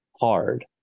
hard